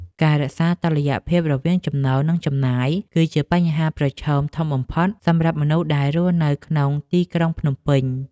ការរក្សាតុល្យភាពរវាងចំណូលនិងចំណាយ គឺជាបញ្ហាប្រឈមធំបំផុតសម្រាប់មនុស្សដែលរស់នៅក្នុងទីក្រុងភ្នំពេញ។